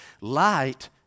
light